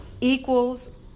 equals